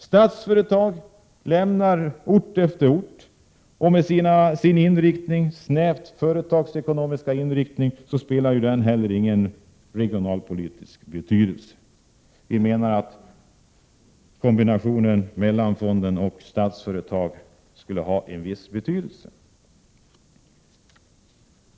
Statsföretag lämnar ort efter ort, och med sin snävt företagsekonomiska inriktning har Statsföretag heller ingen regionalpolitisk betydelse. Vi menar att kombinationen Mellanfonden och Statsföretag i en ny roll skulle kunna få stor betydelse.